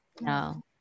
No